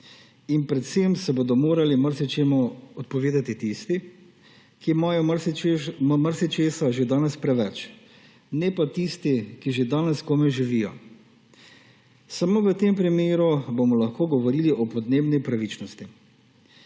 In predvsem se bodo morali marsičemu odpovedati tisti, ki imajo marsičesa že danes preveč, ne pa tisti, ki že danes komaj živijo. Samo v tem primeru bomo lahko govorili o podnebni pravičnosti.